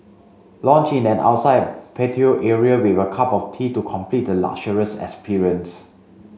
lounge in an outside patio area with a cup of tea to complete the luxurious experience